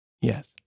Yes